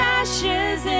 ashes